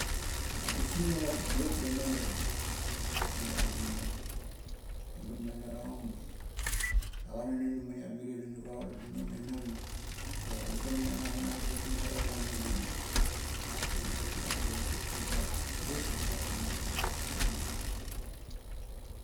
A usingnualap tituot la non ara, talagen gare tina. Ebat man naraung me, aga non inaminiap mirie la nurau laba nomenam, o laba nala navanap, bat man narau me inaminiap. Temaieng, atabo uriet u tatak ties la tuga taramang; tituot